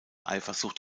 eifersucht